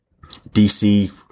DC